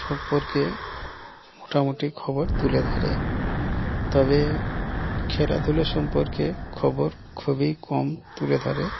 সম্পর্কে মোটামুটি খবর তুলে ধরে তবে খেলাধুলা সম্পর্কে খবর খুবই কম তুলে ধরে